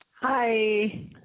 Hi